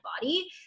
body